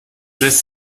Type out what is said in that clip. lässt